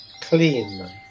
clean